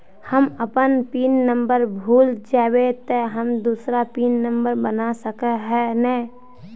हम अपन pin number भूल जयबे ते हम दूसरा पिन नंबर बना सके है नय?